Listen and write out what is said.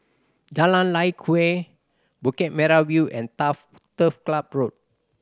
Jalan Lye Kwee Bukit Merah View and Turf Club Road